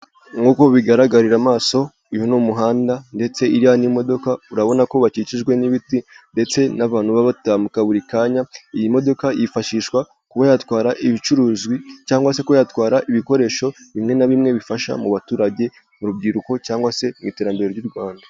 Nk'uko bigaragarira amaso, uyu ni umuhanda ndetse iriya ni imodoka, urabona ko bakikijwe n'ibiti ndetse n'abantu baba batambuka buri kanya, iyi modoka yifashishwa kuba yatwara ibicuruzwi cyangwa se kuba yatwara ibikoresho bimwe na bimwe bifasha mu baturage, mu rubyiruko cyangwa se mu iterambere ry'u Rwanda.